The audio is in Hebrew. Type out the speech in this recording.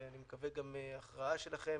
ואני מקווה גם הכרעה שלכם,